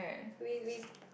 we we